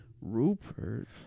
Rupert